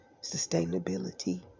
sustainability